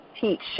teach